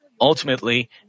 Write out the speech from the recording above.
Ultimately